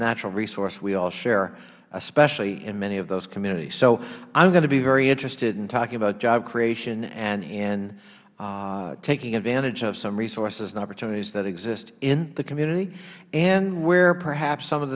natural resource we all share especially in many of those communities so i will be very interested in talking about job creation and in taking advantage of some resources and opportunities that exist in the community and where perhaps some of